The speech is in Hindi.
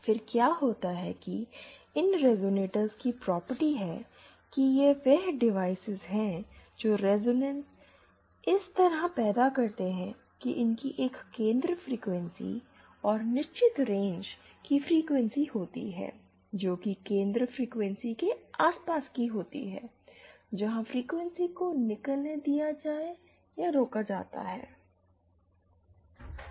फिर क्या होता है कि इन रिजोनेटर्स की प्रॉपर्टी है कि यह वह डिवाइस है जो रिजोनेंस इस तरह पैदा करते हैं की इनकी एक केंद्र फ्रीक्वेंसी और निश्चित रेंज की फ्रीक्वेंसी होती है जोकि केंद्र फ्रीक्वेंसी के आसपास की होती है जहां फ्रीक्वेंसी को निकलने दिया जाता है या रोका जाता है